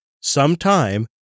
sometime